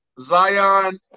Zion